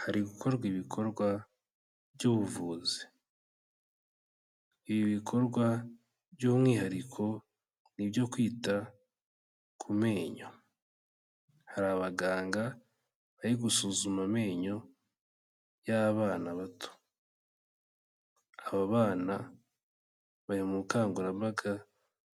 Hari gukorwa ibikorwa by'ubuvuzi, ibi bikorwa by'umwihariko ni ibyo kwita ku menyo, hari abaganga bari gusuzuma amenyo y'abana bato, aba bana bari mu bukangurambaga